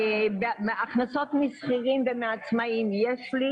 הכנסות משכירים ועצמאים יש לי,